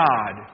God